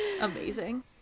Amazing